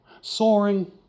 soaring